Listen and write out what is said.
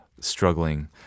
struggling